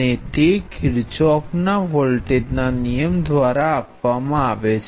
અને તે કિરચોફના વોલ્ટેજના નિયમ દ્વારા આપવામાં આવે છે